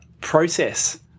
process